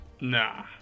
nah